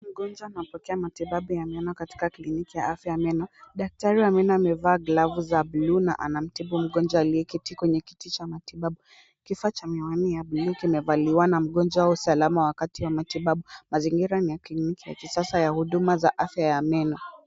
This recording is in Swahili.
Mgonjwa anapokea matibabu ya meno katika kliniki ya afya ya meno, daktari wa meno amevaa glavu za bluu na anamtibu mgonjwa aliyeketi kwenye kiti cha matibabu. Kifaa cha miwani ya bluu kimevaliwa na mgonjwa wa usalama wakati wa matibabu. Mazingira ni ya kliniki ya kisasa ya huduma za afya ya meno.